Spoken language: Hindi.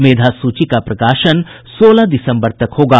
मेधासूची का प्रकाशन सोलह दिसंबर तक होगा